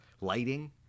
lighting